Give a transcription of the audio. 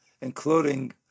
including